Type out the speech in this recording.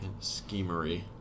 schemery